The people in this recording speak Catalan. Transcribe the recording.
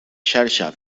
xarxa